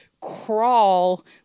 crawl